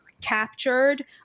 captured